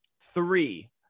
three